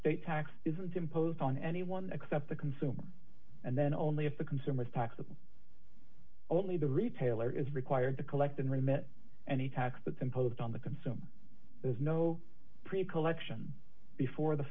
state tax is imposed on anyone except the consumer and then only if the consumers taxable only the retailer is required to collect and remit any tax that's imposed on the consumer there's no preconception before the